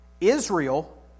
Israel